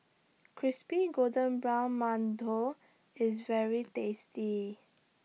Crispy Golden Brown mantou IS very tasty